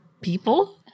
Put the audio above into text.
people